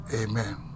amen